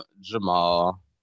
Jamal